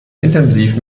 intensiv